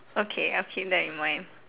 okay I'll keep that in mind